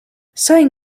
sain